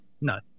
No